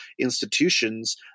institutions